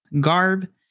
garb